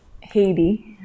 Haiti